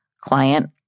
client